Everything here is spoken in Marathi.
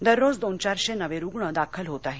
दररोज दोन चारशे नवे रुग्ण दाखल होत आहेत